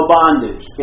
bondage